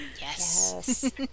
Yes